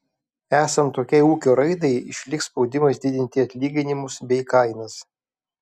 esant tokiai ūkio raidai išliks spaudimas didinti atlyginimus bei kainas